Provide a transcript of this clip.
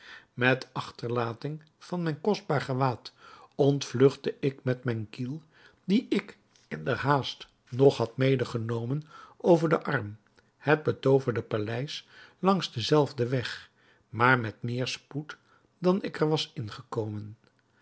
met achterlating van mijn kostbaar gewaad ontvlugtte ik met mijn kiel dien ik in der haast nog had mede genomen over den arm het betooverde paleis langs denzelfden weg maar met meer spoed dan ik er was ingekomen